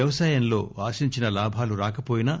వ్యవసాయంలో ఆశించిన లాభాలు రాకపోయినా